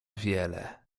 wiele